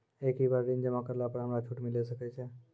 एक ही बार ऋण जमा करला पर हमरा छूट मिले सकय छै?